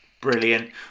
Brilliant